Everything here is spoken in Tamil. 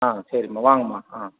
ஆ சரிம்மா வாங்கம்மா ஆ